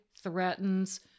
threatens